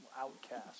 outcast